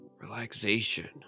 relaxation